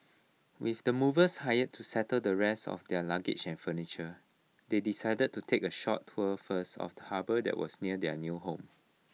with the movers hired to settle the rest of their luggage and furniture they decided to take A short tour first of the harbour that was near their new home